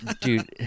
Dude